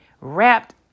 wrapped